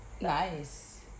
nice